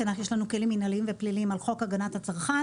יש לנו כלים מינהליים ופליליים על חוק הגנת הצרכן.